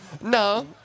No